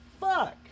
fuck